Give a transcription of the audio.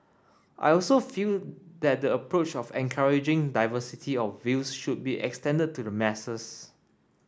I also feel that the approach of encouraging diversity of views should be extended to the masses